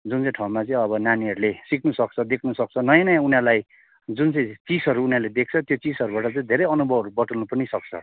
जुन चाहिँ ठाउँमा चाहिँ अब नानीहरूले सिक्नुसक्छ देख्नुसक्छ नयाँ नयाँ उनीहरूलाई जुन चाहिँ चिजहरू उनीहरूले देख्छ त्यो चिजहरूबाट चाहिँ धेरै अनुभवहरू बटुल्नु पनि सक्छ